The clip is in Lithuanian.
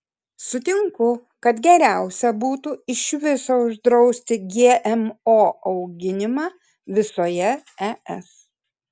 sutinku kad geriausia būtų iš viso uždrausti gmo auginimą visoje es